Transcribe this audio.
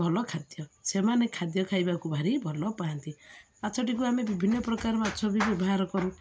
ଭଲ ଖାଦ୍ୟ ସେମାନେ ଖାଦ୍ୟ ଖାଇବାକୁ ଭାରି ଭଲ ପାଆନ୍ତି ମାଛଟିକୁ ଆମେ ବିଭିନ୍ନ ପ୍ରକାର ମାଛ ବି ବ୍ୟବହାର କରୁ